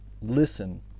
listen